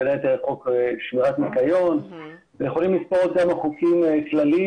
בין היתר חוק שמירת ניקיון ויכולים לספור עוד כמה חוקים כלליים.